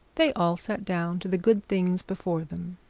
they all sat down to the good things before them.